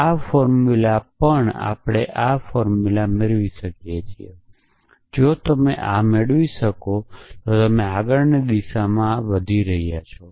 આ ફોર્મુલા પર થી આપણે આ ફોર્મુલા મેળવી શકીએ છીએ જો તમે આ મેળવી શકો છો તો તમે આગળની દિશામાં આગળ વધી રહ્યા છો